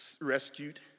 rescued